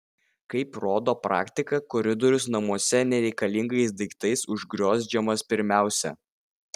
kaip rodo praktika koridorius namuose nereikalingais daiktais užgriozdžiamas pirmiausia